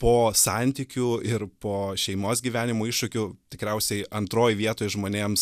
po santykių ir po šeimos gyvenimo iššūkių tikriausiai antroj vietoj žmonėms